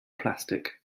plastic